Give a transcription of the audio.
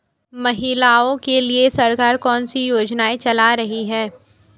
महिलाओं के लिए सरकार कौन सी योजनाएं चला रही है?